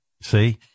See